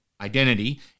identity